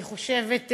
אני חושבת,